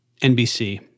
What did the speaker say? NBC